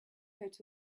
out